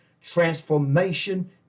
transformation